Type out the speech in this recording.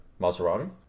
Maserati